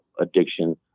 addiction